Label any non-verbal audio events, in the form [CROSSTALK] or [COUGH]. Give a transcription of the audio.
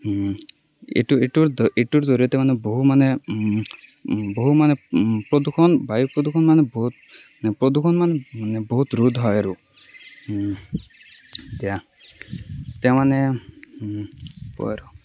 এইটো এইটো এইটোৰ জৰিয়তে মানে বহু মানে বহু মানে প্ৰদূষণ বায়ু প্ৰদূষণ মানে বহুত প্ৰদূষণ মানে বহুত ৰোধ হয় আৰু এতিয়া এতিয়া মানে [UNINTELLIGIBLE]